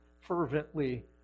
fervently